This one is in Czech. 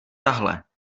tahle